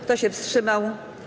Kto się wstrzymał?